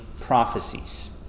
prophecies